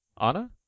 Anna